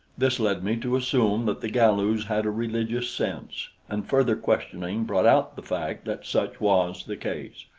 this led me to assume that the galus had a religious sense, and further questioning brought out the fact that such was the case.